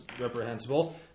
reprehensible